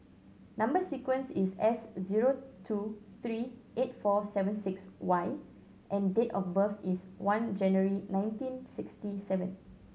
number sequence is S zero two three eight four seven six Y and date of birth is one January nineteen sixty seven